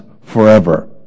forever